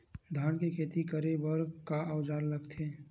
धान के खेती करे बर का औजार लगथे?